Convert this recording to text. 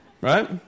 Right